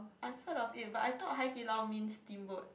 I thought of it but I thought Hai-Di-Lao means steamboat